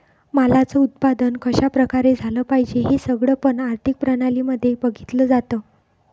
मालाच उत्पादन कशा प्रकारे झालं पाहिजे हे सगळं पण आर्थिक प्रणाली मध्ये बघितलं जातं